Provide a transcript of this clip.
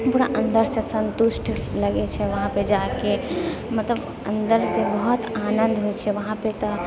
पूरा अन्दरसँ सन्तुष्ट लगैत छै वहाँपर जाके मतलब अन्दरसँ बहुत आनन्द होइत छै वहाँपर तऽ